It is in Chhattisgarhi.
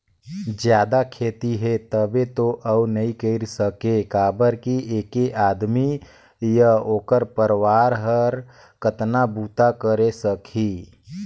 जादा खेती हे तभे तो अउ नइ कर सके काबर कि ऐके आदमी य ओखर परवार हर कतना बूता करे सकही